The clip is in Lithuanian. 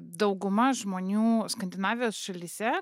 dauguma žmonių skandinavijos šalyse